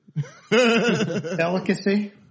Delicacy